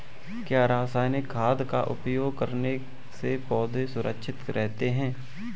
क्या रसायनिक खाद का उपयोग करने से पौधे सुरक्षित रहते हैं?